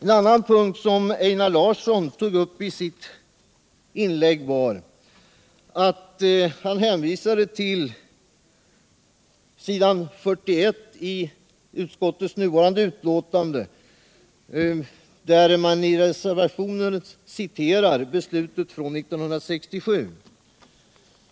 Einar Larsson tog upp en annan punkt i sitt inlägg. Han hänvisade till s. 41 i årets utskottsbetänkande, där det i reservationen citeras ur beslutet 1967.